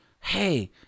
hey